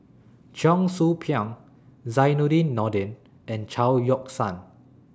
Cheong Soo Pieng Zainudin Nordin and Chao Yoke San